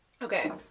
Okay